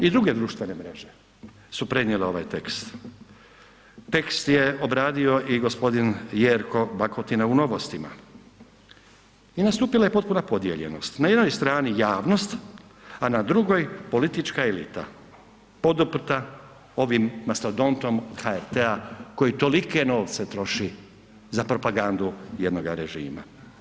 I druge društvene mreže su prenijele ovaj tekst, tekst je obradio i gospodin Jerko Bakotina u „Novostima“ i nastupila je potpuna podijeljenost, na jednoj strani javnost, a na drugoj politička elita poduprta ovim mastodontom HRT-a koji tolike novce troši za propagandu jednoga režima.